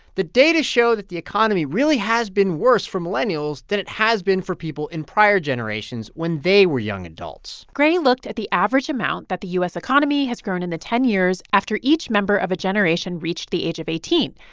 the data show that the economy really has been worse for millennials than it has been for people in prior generations when they were young adults gray looked at the average amount that the u s. economy has grown in the ten years after each member of a generation reached the age of eighteen.